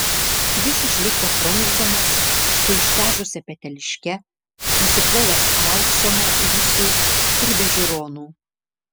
jis išlipo prunkšdamas su ištežusia peteliške nusiplovęs auksą nuo ūsų ir be žiūronų